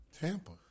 Tampa